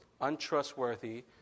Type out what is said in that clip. untrustworthy